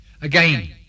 Again